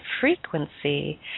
frequency